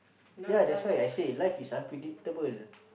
ya that's why I say life is unpredictable